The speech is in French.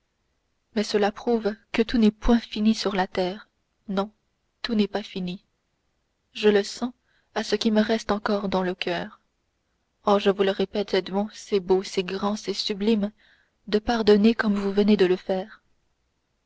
mais cela prouve que tout n'est point fini sur la terre non tout n'est pas fini je le sens à ce qui me reste encore dans le coeur oh je vous le répète edmond c'est beau c'est grand c'est sublime de pardonner comme vous venez de le faire